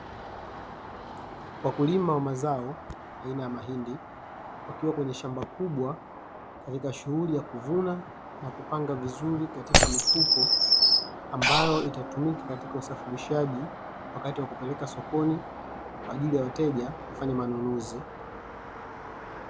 Wakulima wa mazao aina ya mahindi, wakiwa kwenye shamba kubwa katika shughuli ya kuvuna na kupanga vizuri katika mifuko, ambayo itatumika katika usafirishaji wakati wa kupeleka sokoni kwa ajili ya wateja kufanya manunuzi.